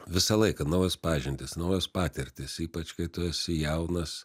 visą laiką naujos pažintys naujos patirtys ypač kai tu esi jaunas